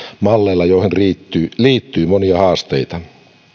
malleilla joihin liittyy liittyy monia haasteita